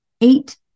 eight